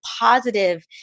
positive